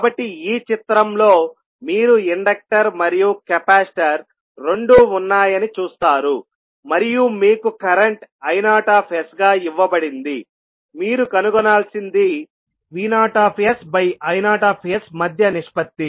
కాబట్టి ఈ చిత్రంలో మీరు ఇండక్టర్ మరియు కెపాసిటర్ రెండూ ఉన్నాయని చూస్తారు మరియు మీకు కరెంట్ Io గా ఇవ్వబడిందిమీరు కనుగొనాల్సింది VoIo మధ్య నిష్పత్తి